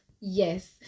Yes